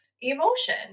emotion